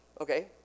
okay